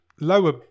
lower